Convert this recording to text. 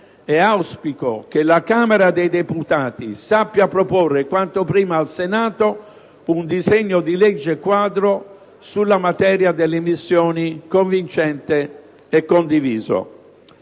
e auspico che la Camera dei deputati sappia proporre quanto prima al Senato un disegno di legge quadro sulla materia delle missioni, convincente e condiviso.